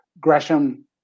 Gresham